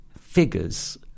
figures